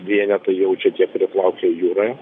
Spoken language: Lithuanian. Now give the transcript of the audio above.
vienetai jaučia tie kurie plaukioja jūroje